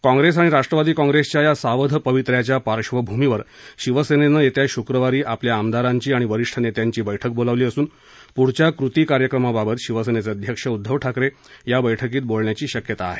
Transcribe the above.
Congress आणि राष्ट्रवादी कौंप्रेसच्या या सावध पवित्र्याच्या पार्श्वभूमीवर शिवसेनेनं येत्या शुक्रवारी आपल्या आमदारांची आणि वरिष्ठ नेत्यांची बैठक बोलावली असून पुढच्या कृती कार्यक्रमाबाबत शिवसेनेचे अध्यक्ष उद्दव ठाकरे या बैठकीत बोलण्याची शक्यता आहे